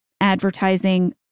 advertising